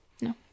No